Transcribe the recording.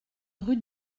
rue